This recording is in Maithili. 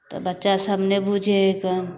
तऽ बच्चा सभ नहि बुझै हइ कऽ